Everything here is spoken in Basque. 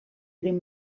egin